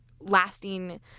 lasting